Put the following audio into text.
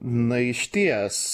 na išties